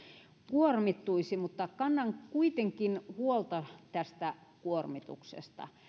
kuormittuisi mutta kannan kuitenkin huolta tästä kuormituksesta